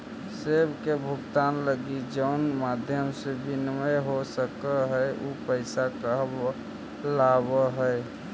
सेवा के भुगतान लगी जउन माध्यम से विनिमय हो सकऽ हई उ पैसा कहलावऽ हई